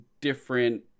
different